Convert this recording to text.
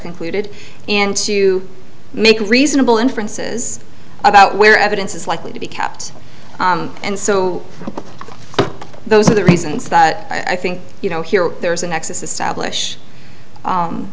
concluded and to make reasonable inferences about where evidence is likely to be kept and so those are the reasons that i think you know here there is a nexus establish